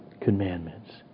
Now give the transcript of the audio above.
commandments